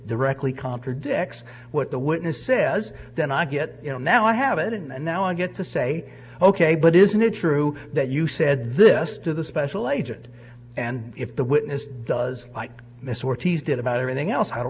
directly contradicts what the witness says then i get you know now i have it and now i get to say ok but isn't it true that you said this to the special agent and if the witness does miss ortiz did about everything else i don't